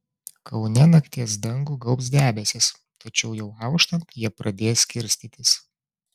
kaune nakties dangų gaubs debesys tačiau jau auštant jie pradės skirstytis